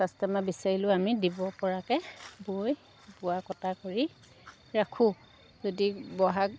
customer বিচাৰিলেও আমি দিব পৰাকৈ বৈ বোৱা কটা কৰি ৰাখোঁ যদি বহাগ